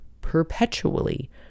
perpetually